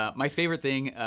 ah my favorite thing,